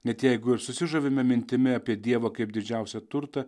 net jeigu ir susižavime mintimi apie dievą kaip didžiausią turtą